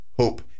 hope